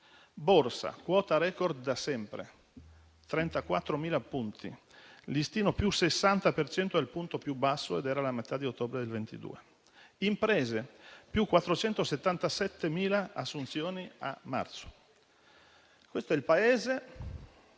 la quota *record* da sempre: 34.000 punti; listino: più 60 per cento dal punto più basso ed era la metà di ottobre del 2022; imprese: più 477.000 assunzioni a marzo. Questo è il Paese